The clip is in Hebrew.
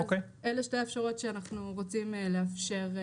אלה שתי האפשרויות שאנחנו רוצים לאפשר.